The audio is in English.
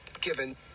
given